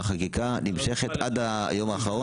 החקיקה נמשכת עד היום הראשון.